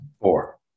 Four